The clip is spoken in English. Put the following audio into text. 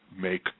make